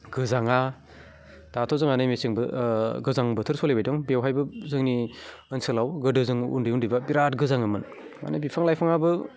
गोजाङा दाथ' जोंहा नै मेसेंबो गोजां बोथोर सोलिबाय दं बेवहायबो जोंनि ओनसोलाव गोदो जों उन्दै उन्दैबा बिराद गोजाङोमोन माने बिफां लाइफाङाबो